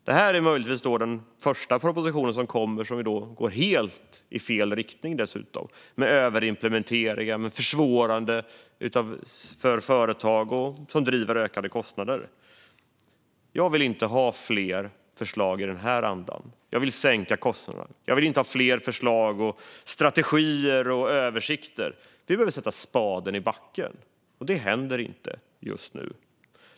Detta är möjligtvis också den första proposition som kommer som går i helt fel riktning med överimplementering, försvårande för företag och uppdrivna kostnader. Jag vill inte ha fler förslag i den andan. Jag vill sänka kostnaderna. Jag vill inte ha fler förslag, strategier och översikter. Vi behöver sätta spaden i backen, och det händer inte just nu.